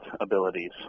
abilities